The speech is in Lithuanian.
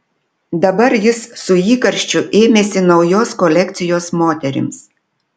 dabar jis su įkarščiu ėmėsi naujos kolekcijos moterims